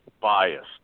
biased